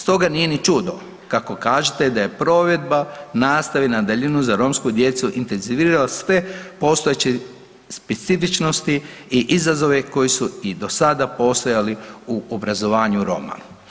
Stoga nije ni čudo kako kažete da je provedba nastave na daljinu za romsku djecu intenzivirala sve postojeće specifičnosti i izazove koji su i do sada postojali u obrazovanju Roma.